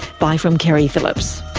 bye from keri phillips